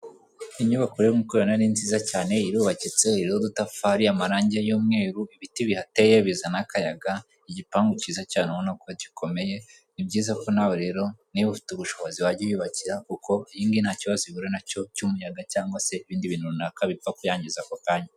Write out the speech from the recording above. Inyubako nkuko mubibona ko ari nziza cyane irubakitse, iriho udutafari, amarangi y'umweru ibiti bihateye bizana akayaga , igipangu cyiza cyane urabona gikomeye , ni byiza ko nawe rero niba ufite ubushobozi wayiyubakira kuko iyi ngiyi nta kibazo ihura nacyo cy'umuyaga cyangwa se ibindi bintu runaka bipfa kuyangiza ako kanya.